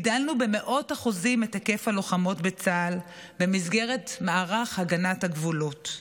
הגדלנו במאות אחוזים את היקף הלוחמות בצה"ל במסגרת מערך הגנת הגבולות.